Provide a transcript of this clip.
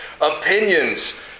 opinions